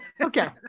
okay